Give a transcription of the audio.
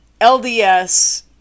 LDS